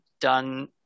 done